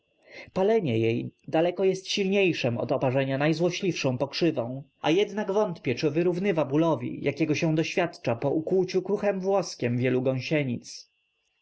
jej daleko jest silniejszem od oparzenia najzłośliwszą pokrzywą a jednak wątpię czy wyrównywa bólowi jakiego się doświadcza po ukłuciu kruchym włoskiem wielu gąsienic